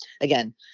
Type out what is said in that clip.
again